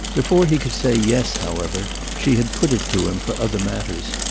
before he could say yes, however, she had put it to him for other matters.